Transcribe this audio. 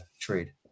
trade